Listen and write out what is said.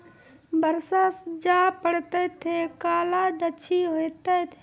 बरसा जा पढ़ते थे कला क्षति हेतै है?